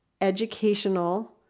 educational